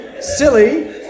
silly